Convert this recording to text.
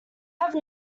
have